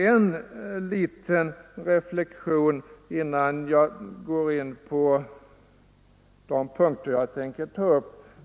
En liten reflexion bara innan jag går över till de punkter jag tänkte behandla.